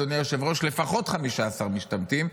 אדוני היושב-ראש: לפחות 15 משתמטים.